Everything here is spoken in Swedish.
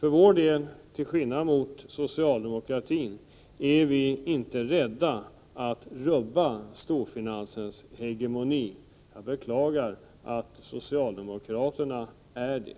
Till skillnad från socialdemokratin är vi för vår del inte rädda att rubba storfinansens hegemoni. Jag beklagar att socialdemokraterna är det.